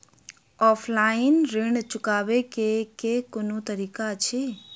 Offline ऋण चुकाबै केँ केँ कुन तरीका अछि?